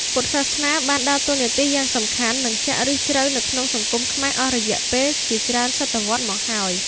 ពុទ្ធសាសនាបានដើរតួនាទីយ៉ាងសំខាន់ និងចាក់ឫសជ្រៅនៅក្នុងសង្គមខ្មែរអស់រយៈពេលជាច្រើនសតវត្សរ៍មកហើយ។